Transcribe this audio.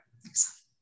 Thanks